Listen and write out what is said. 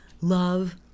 love